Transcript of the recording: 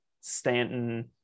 Stanton